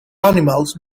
animals